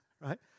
right